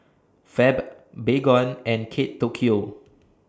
Fab Baygon and Kate Tokyo